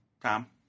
Tom